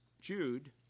Jude